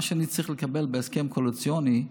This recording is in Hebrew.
מה שאני צריך לקבל בהסכם קואליציוני,